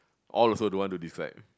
all also don't want to describe